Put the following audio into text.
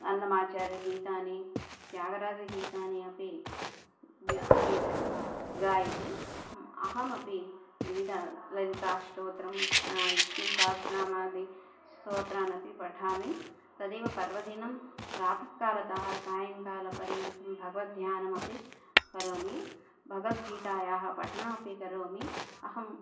अन्नमाचार्यगीतानि त्यागराजगीतानि अपि गीतं गायति अहमपि विविध ललितास्तोत्रं विष्णुसहस्रनामादि सोत्रानपि पठामि तदेव पर्वदिनं प्रातःकालतः सायङ्कालपर्यन्तं भगवद् ध्यानमपि करोमि भगवद्गीतायाः पठनमपि करोमि अहम्